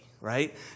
right